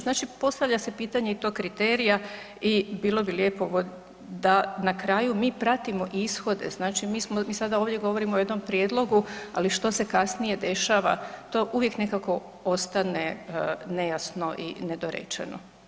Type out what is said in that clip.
Znači postavlja se pitanje i tog kriterija i bilo bi lijepo da na kraju mi pratimo ishode, znači mi smo, mi sada ovdje govorimo o jednom prijedlogu ali što se kasnije dešava to uvijek nekako ostane nejasno i nedorečeno.